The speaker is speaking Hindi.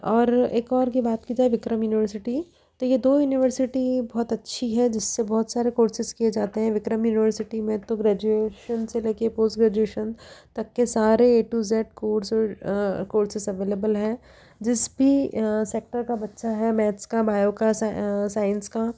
और एक और की बात की जाए विक्रम यूनिवर्सिटी तो ये दो यूनिवर्सिटी बहुत अच्छी है जिससे बहुत सारे कोर्सेज किए जाते हैं विक्रम यूनिवर्सिटी में तो ग्रेजुएशन से लेकर पोस्ट ग्रेजुएशन तक के सारे A to Z course courses available हैं जिस भी सेक्टर का बच्चा है मैथ्स का बायो का सा साइंस का